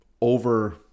Over